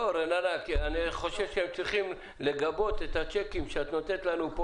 אני חושב שהם צריכים לגבות את הצ'קים שאת נותנת לנו פה